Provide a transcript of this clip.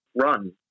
run